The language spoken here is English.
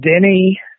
Denny